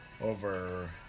Over